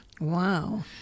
Wow